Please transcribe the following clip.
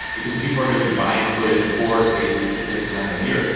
because people are gonna be buyin' footage for a specific time of year.